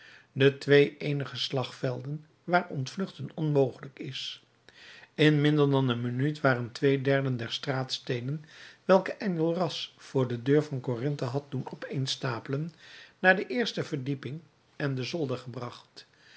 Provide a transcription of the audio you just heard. de twee eenige slagvelden waar ontvluchten onmogelijk is in minder dan een minuut waren twee derden der straatsteenen welke enjolras voor de deur van corinthe had doen opeenstapelen naar de eerste verdieping en den zolder gebracht